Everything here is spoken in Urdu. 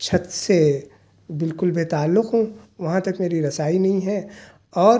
چھت سے بالکل بےتعلّق ہوں وہاں تک میری رسائی نہیں ہے اور